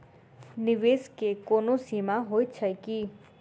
निवेश केँ कोनो सीमा होइत छैक की?